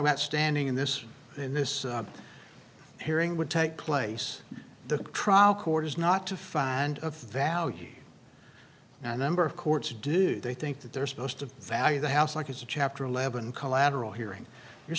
about standing in this in this hearing would take place the trial court is not to find a value a number of courts do they think that they're supposed to value the house like it's a chapter eleven collateral hearing you're